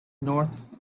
north